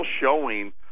showing